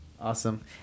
Awesome